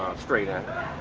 straight in